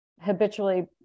habitually